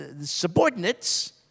subordinates